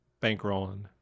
bankrolling